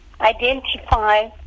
identify